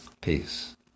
Peace